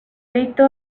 rito